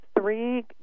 three